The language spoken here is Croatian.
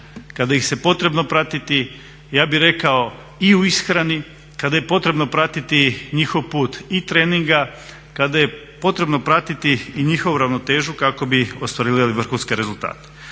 kada ih se potrebno pratiti ja bih rekao i u ishrani, kada je potrebno pratiti njihov put i treninga, kada je potrebno pratiti i njihovu ravnotežu kako bi ostvarivali vrhunske rezultate.